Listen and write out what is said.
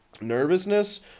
nervousness